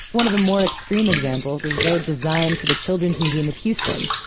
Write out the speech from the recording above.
one of the more extreme examples is their design for the children's museum of houston.